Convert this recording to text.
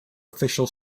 official